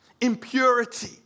impurity